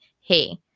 Hey